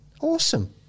awesome